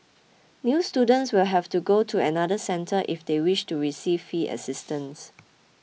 new students will have to go to another centre if they wish to receive fee assistance